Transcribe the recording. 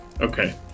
Okay